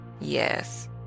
yes